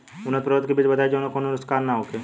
उन्नत प्रभेद के बीज बताई जेसे कौनो नुकसान न होखे?